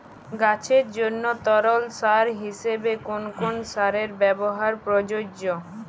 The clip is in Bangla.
গাছের জন্য তরল সার হিসেবে কোন কোন সারের ব্যাবহার প্রযোজ্য?